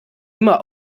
immer